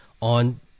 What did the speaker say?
on